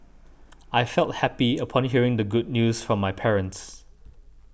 I felt happy upon hearing the good news from my parents